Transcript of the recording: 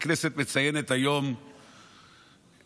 הכנסת מציינת היום את